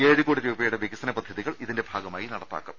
ഏഴുകോടി രൂപയുടെ വികസന പദ്ധതി കൾ ഇതിന്റെ ഭാഗമായി നടപ്പാക്കും